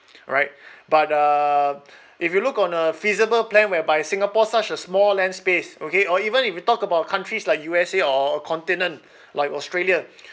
right but uh if you look on a feasible plan whereby singapore such a small land space okay or even if you talk about countries like U_S_A or or a continent like australia